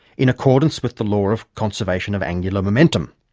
in accordance with the law of conservation of angular momentum.